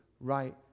right